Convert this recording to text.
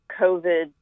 covid